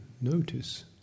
notice